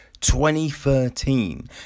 2013